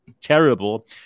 terrible